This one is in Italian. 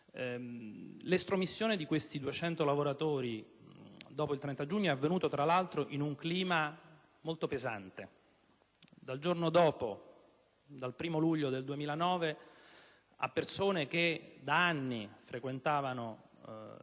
L'estromissione di questi 200 lavoratori dopo il 30 giugno è avvenuta, tra l'altro, in un clima molto pesante. Dal giorno dopo, dal 1° luglio 2009, a persone che da anni frequentavano